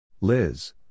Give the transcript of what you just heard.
Liz